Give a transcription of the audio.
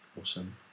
Awesome